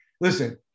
Listen